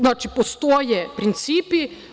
Znači, postoje principi.